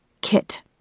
Kit